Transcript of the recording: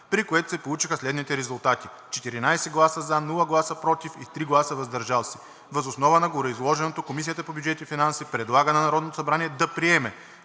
при което се получиха следните резултати: 14 гласа „за“, без гласове „против“ и 3 гласа „въздържал се“. Въз основа на гореизложеното, Комисията по бюджет и финанси предлага на Народното събрание да приеме